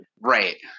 Right